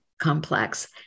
complex